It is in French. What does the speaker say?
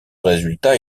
résultat